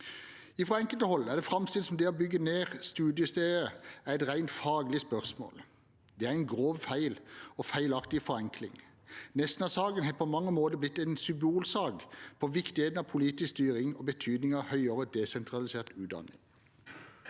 Fra enkelte hold er det framstilt som om det å bygge ned studiesteder er et rent faglig spørsmål. Det er en grov feil og en feilaktig forenkling. Nesna-saken har på mange måter blitt en symbolsak på viktigheten av politisk styring og betydningen av høyere desentralisert utdanning.